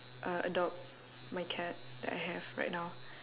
uh adopt my cat that I have right now